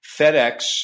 FedEx